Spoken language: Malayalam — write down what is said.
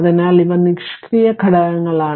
അതിനാൽ അവ നിഷ്ക്രിയ ഘടകങ്ങളാണ്